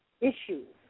issues